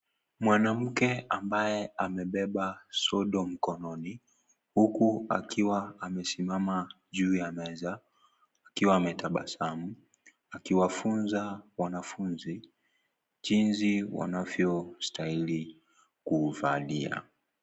Mwanamke ambae amebeba sodo mkononi huku akiwa amesimama juu ya meza akiwa ametabasamu akiwafunza wanafunzi jinsi wanavyo stahili kuvalia.